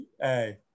Hey